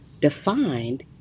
Defined